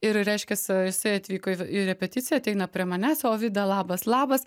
ir reiškias a jisai atvyko į v į repeticiją ateina prie manęs o vida labas labas